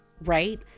right